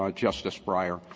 ah justice breyer,